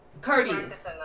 Courteous